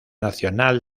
nacional